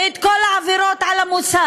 ואת כל העבירות על המוסר,